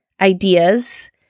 ideas